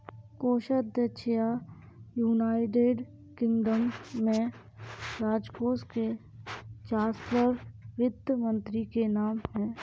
कोषाध्यक्ष या, United Kingdom में, राजकोष के चांसलर वित्त मंत्री के नाम है